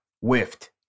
whiffed